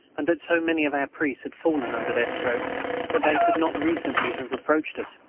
and that so many of our priests had fallen under their strokes that they could not reasonably have reproached us.